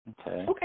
Okay